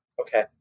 Okay